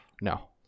No